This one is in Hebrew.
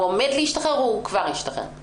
הוא עומד להשתחרר או הוא כבר השתחרר?